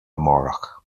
amárach